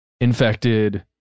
Infected